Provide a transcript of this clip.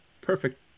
perfect